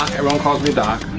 calls me doc.